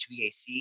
HVAC